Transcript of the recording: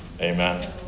Amen